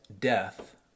death